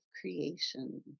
creation